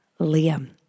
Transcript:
Liam